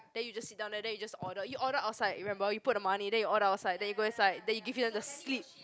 then you just sit down there then you just order you order outside you remember you put the money then you order outside then you go inside then they give you the slip